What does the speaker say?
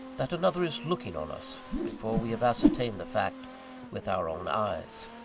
that another is looking on us, before we have ascertained the fact with our own eyes!